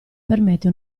permette